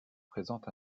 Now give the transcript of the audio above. présente